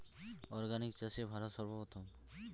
organic চাষে ভারত সর্বপ্রথম